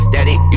Daddy